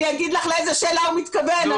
אני אגיד לך לאיזה שאלה הוא מתכוון,